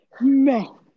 No